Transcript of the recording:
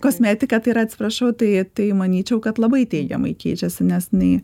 kosmetika tai yra atsiprašau tai tai manyčiau kad labai teigiamai keičiasi nes jinai